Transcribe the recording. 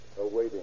awaiting